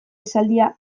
esaldia